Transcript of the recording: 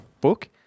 book